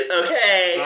okay